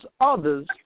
others